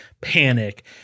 panic